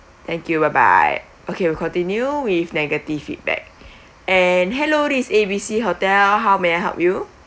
thank you bye bye okay we continue with negative feedback and hello this A B C hotel how may I help you